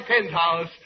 penthouse